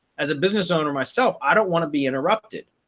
as a business owner, myself, i don't want to be interrupted.